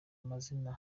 amazina